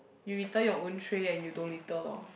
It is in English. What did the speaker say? you return your own tray and you don't litter loh